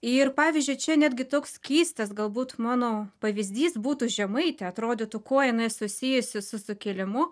ir pavyzdžiui čia netgi toks keistas galbūt mano pavyzdys būtų žemaitė atrodytų kuo jinai susijusi su sukilimu